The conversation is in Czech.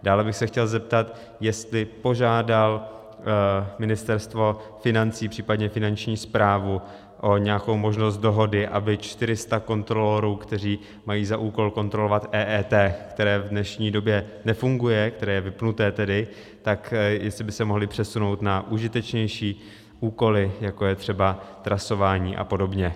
Dále bych se chtěl zeptat, jestli požádal Ministerstvo financí, případně Finanční správu o nějakou možnost dohody, aby 400 kontrolorů, kteří mají za úkol kontrolovat EET, která v dnešní době nefunguje, která je tedy vypnutá, tak jestli by se mohli přesunout na užitečnější úkoly, jako je třeba trasování a podobně.